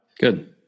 Good